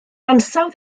ansawdd